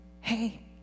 hey